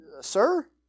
Sir